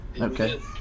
okay